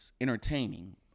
entertaining